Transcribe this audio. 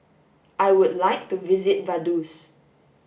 I would like to visit Vaduz